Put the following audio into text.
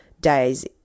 days